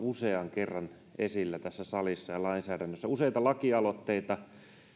usean kerran esillä tässä salissa ja lainsäädännössä useita lakialoitteita